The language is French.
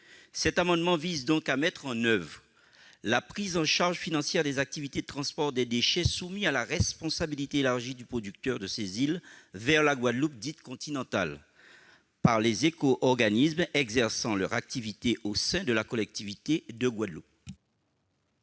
Cet amendement vise donc à prévoir la prise en charge financière des activités de transport des déchets soumis à la responsabilité élargie du producteur de ces îles vers la Guadeloupe dite « continentale » par les éco-organismes exerçant leurs activités au sein de la collectivité de la Guadeloupe.